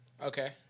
Okay